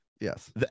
Yes